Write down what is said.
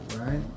right